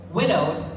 widowed